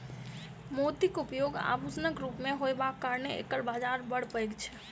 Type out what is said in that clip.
मोतीक उपयोग आभूषणक रूप मे होयबाक कारणेँ एकर बाजार बड़ पैघ छै